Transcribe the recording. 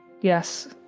Yes